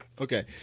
Okay